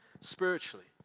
spiritually